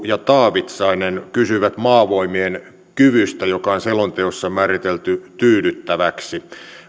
ja taavitsainen kysyivät maavoimien kyvystä joka on selonteossa määritelty tyydyttäväksi